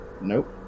Nope